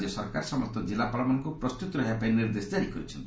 ରାଜ୍ୟ ସରକାର ସମସ୍ତ ଜିଲ୍ଲାପାଳଙ୍କୁ ପ୍ରସ୍ତୁତ ରହିବା ପାଇଁ ନିର୍ଦ୍ଦେଶ କାରି କହିଛନ୍ତି